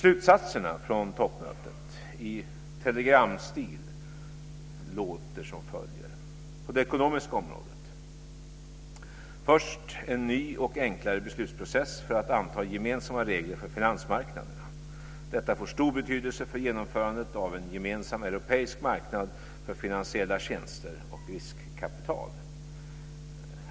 Slutsatserna från toppmötet i telegramstil låter som följer. Detta får stor betydelse för genomförandet av en gemensam europeisk marknad för finansiella tjänster och riskkapital.